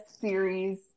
series